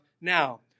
now